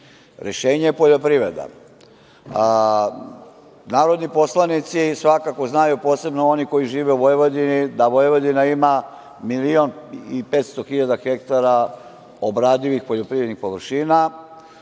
Rešenje je poljoprivreda. Narodni poslanici svakako znaju, posebno oni koji žive u Vojvodini, da Vojvodina ima milion i petsto hiljada hektara obradivih poljoprivrednih površina